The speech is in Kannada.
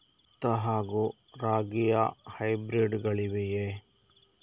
ಭತ್ತ ಹಾಗೂ ರಾಗಿಯ ಹೈಬ್ರಿಡ್ ಗಳಿವೆಯೇ?